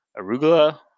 arugula